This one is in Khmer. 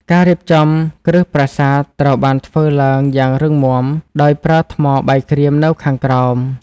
ការរៀបចំគ្រឹះប្រាសាទត្រូវបានធ្វើឡើងយ៉ាងរឹងមាំដោយប្រើថ្មបាយក្រៀមនៅខាងក្រោម។